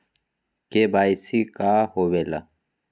KYC का होवेला?